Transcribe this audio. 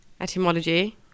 etymology